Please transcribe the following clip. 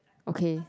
okay